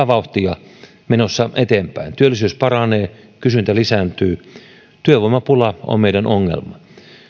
vauhtia menossa eteenpäin työllisyys paranee kysyntä lisääntyy työvoimapula on meidän ongelmamme